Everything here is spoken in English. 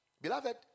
Beloved